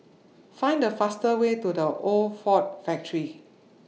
Find The faster Way to The Old Ford Factory